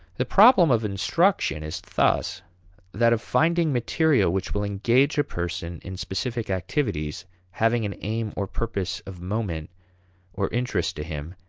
the problem of instruction is thus that of finding material which will engage a person in specific activities having an aim or purpose of moment or interest to him,